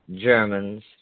Germans